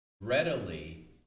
readily